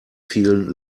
vielen